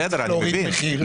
אם אני צריך להוריד מחיר.